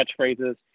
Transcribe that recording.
catchphrases